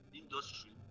industry